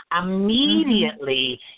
immediately